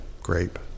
grape